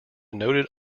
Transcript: noted